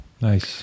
Nice